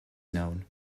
known